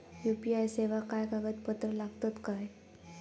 UPI सेवाक काय कागदपत्र लागतत काय?